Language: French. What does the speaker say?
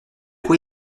quoi